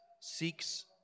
seeks